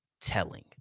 telling